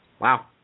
Wow